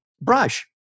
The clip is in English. brush